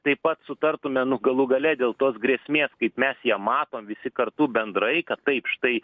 taip pat sutartume nu galų gale dėl tos grėsmės kaip mes ją matom visi kartu bendrai kad taip štai